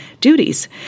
duties